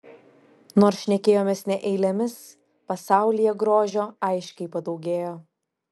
nors šnekėjomės ne eilėmis pasaulyje grožio aiškiai padaugėjo